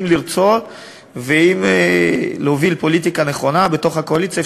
עם רצון ועם הובלה של פוליטיקה נכונה בתוך הקואליציה,